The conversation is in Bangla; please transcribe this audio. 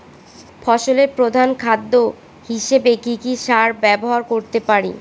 ফসলের প্রধান খাদ্য হিসেবে কি কি সার ব্যবহার করতে পারি?